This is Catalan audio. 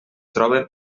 troben